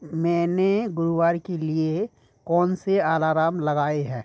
मैंने गुरुवार के लिए कौन से अलारम लगाए हैं